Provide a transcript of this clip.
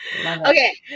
Okay